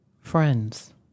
Friends